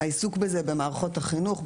העיסוק בזה במערכות החינוך,